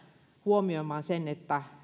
huomioimaan sen että